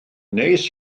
neis